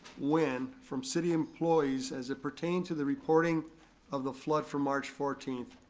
when, from city employees, as it pertains to the reporting of the flood from march fourteenth.